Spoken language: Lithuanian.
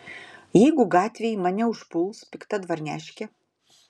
jeigu gatvėj mane užpuls pikta dvarneškė